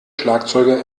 schlagzeuger